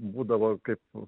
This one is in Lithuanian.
būdavo kaip